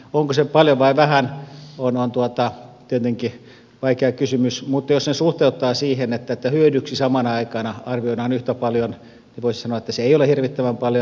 onko se paljon vai vähän se on tietenkin vaikea kysymys mutta jos sen suhteuttaa siihen että hyödyksi samana aikana arvioidaan yhtä paljon niin voisi sanoa että se ei ole hirvittävän paljon